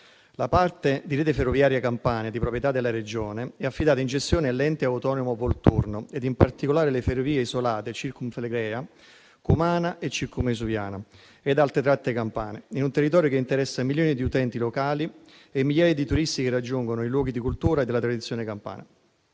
La parte di rete ferroviaria Campania di proprietà della Regione è affidata in gestione all'Ente autonomo Volturno, e in particolare alle ferrovie isolate Circumflegrea, Cumana e Circumvesuviana, e altre tratte campane, in un territorio che interessa milioni di utenti locali e migliaia di turisti che raggiungono i luoghi di cultura e della tradizione campana.